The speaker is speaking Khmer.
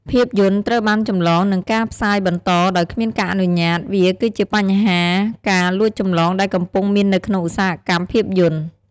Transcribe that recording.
ភាពយន្តត្រូវបានចម្លង និងការផ្សាយបន្តដោយគ្មានការអនុញ្ញាត វាគឺជាបញ្ហាការលួចចម្លងដែលកំពុងមាននៅក្នុងឧស្សាហកម្មភាពយន្ត។